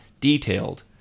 detailed